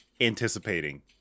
anticipating